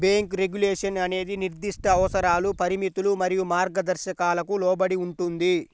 bank regulation అనేది నిర్దిష్ట అవసరాలు, పరిమితులు మరియు మార్గదర్శకాలకు లోబడి ఉంటుంది,